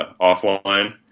offline